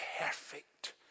perfect